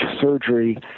surgery